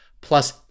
plus